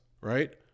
right